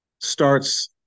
starts